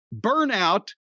burnout